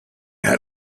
had